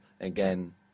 again